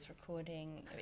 recording